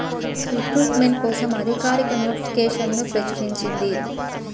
recruitment కోసం అధికారిక నోటిఫికేషన్ను ప్రచురించింది